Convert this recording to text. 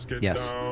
yes